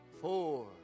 four